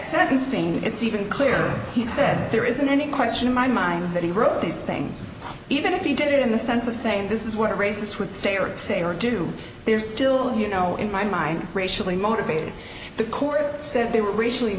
st it's even clearer he said there isn't any question in my mind that he wrote these things even if he did it in the sense of saying this is what a racist would stay or say or do they are still here now in my mind racially motivated the court said they were racially